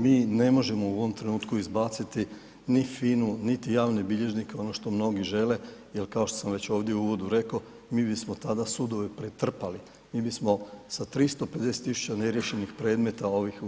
Mi ne možemo u ovom trenutku izbaciti ni FINA-u, niti javne bilježnike oni što mnogi žele jer kao što sam ovdje u uvodu rekao mi bismo tada sudove pretrpali, mi bismo sa 350 tisuća neriješenih predmeta